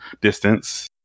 distance